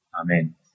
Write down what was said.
Amen